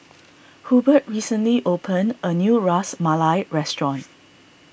Hubert recently opened a new Ras Malai restaurant